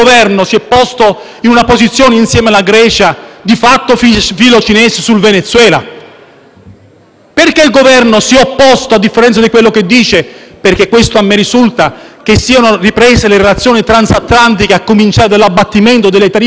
Perché il Governo si è opposto, a differenza di quello che dice - perché questo a me risulta - che siano riprese le relazioni transatlantiche, a cominciare dall'abbattimento delle tariffe industriali di prioritario interesse del nostro Governo? Perché il Governo non sa quello che fanno i suoi rappresentanti in Europa?